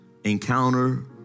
Encounter